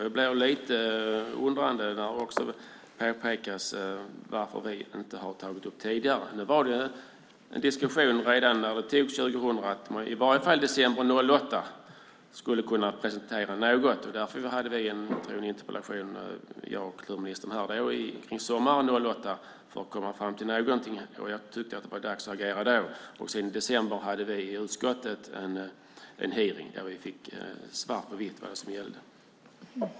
Jag blir lite undrande när det påpekas att vi inte tagit upp detta tidigare. Det fördes en diskussion redan när beslutet togs 2000; till december 2008 skulle man i varje fall kunna presentera något. Därför hade vi en interpellationsdebatt, jag och kulturministern, sommaren 2008 för att försöka komma fram till någonting. Jag tyckte att det var dags att agera då. I december hade vi i utskottet en hearing där vi fick svart på vitt vad som gällde.